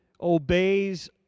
obeys